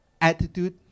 Attitude